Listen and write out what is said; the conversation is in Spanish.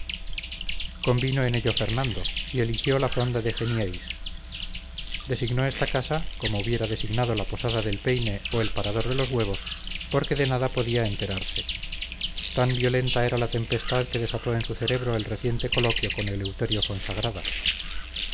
convino en ello fernando y eligió la fonda de genieys designó esta casa como hubiera designado la posada del peine o el parador de los huevos porque de nada podía enterarse tan violenta era la tempestad que desató en su cerebro el reciente coloquio con eleuterio fonsagrada